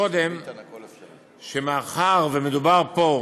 נוסף על זה, אתה צודק, זה לא קרה,